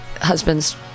husband's